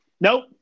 nope